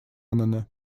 аннана